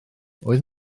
oedd